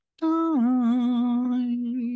time